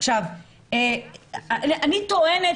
אני טוענת